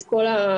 את כל העדויות,